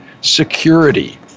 security